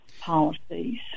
policies